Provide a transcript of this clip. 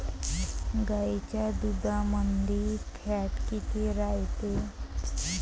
गाईच्या दुधामंदी फॅट किती रायते?